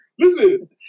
Listen